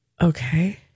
Okay